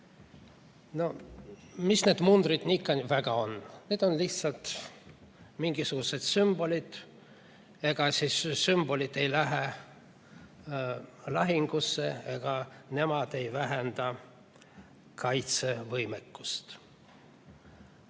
Mis need mundrid ikka nii väga on. Need on lihtsalt mingisugused sümbolid. Ega sümbolid ei lähe lahingusse, ega nemad ei vähenda kaitsevõimekust.